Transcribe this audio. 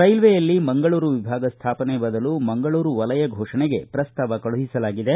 ರೈಲ್ವೆಯಲ್ಲಿ ಮಂಗಳೂರು ವಿಭಾಗ ಸ್ಥಾಪನೆ ಬದಲು ಮಂಗಳೂರು ವಲಯ ಘೋಷಣೆಗೆ ಪ್ರಸ್ತಾವ ಕಳುಹಿಸಲಾಗಿದೆ